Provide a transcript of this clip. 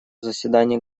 заседании